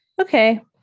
Okay